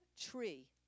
tree